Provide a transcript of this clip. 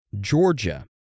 Georgia